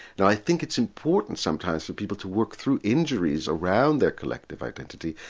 now i think it's important sometimes for people to work through injuries around their collective identity.